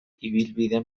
ibilbide